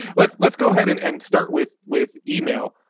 let's, let's go ahead and and start with, with email.